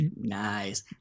Nice